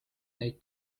neid